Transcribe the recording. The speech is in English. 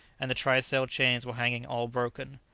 and the try-sail chains were hanging all broken.